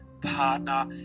partner